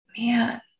Man